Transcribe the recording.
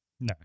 No